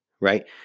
right